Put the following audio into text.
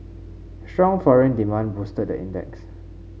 strong foreign demand boosted the index